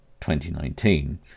2019